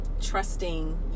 trusting